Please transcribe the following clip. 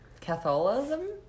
Catholicism